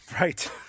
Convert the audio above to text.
right